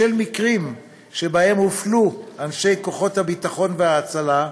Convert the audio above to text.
בשל מקרים שבהם הופלו אנשי כוחות הביטחון וההצלה,